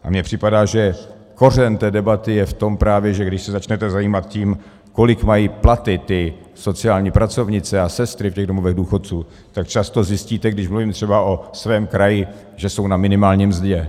A mně připadá, že kořen té debaty je právě v tom, že když se začnete zabývat tím, kolik mají platy ty sociální pracovnice a sestry v domovech důchodců, tak třeba zjistíte, když mluvím třeba o svém kraji, že jsou na minimální mzdě.